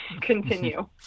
continue